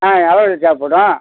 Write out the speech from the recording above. ஆ எவ்வளது தேவைப்படும்